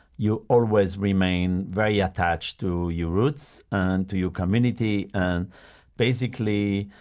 you always remain very attached to your roots and to your community. and basically,